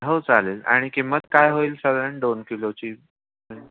हो चालेल आणि किंमत काय होईल साधारण दोन किलोची